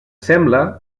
sembla